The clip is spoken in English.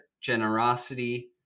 generosity